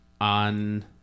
on